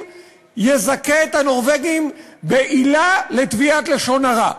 יזכה את הנורבגים בעילה לתביעת לשון הרע.